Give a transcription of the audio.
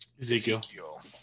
Ezekiel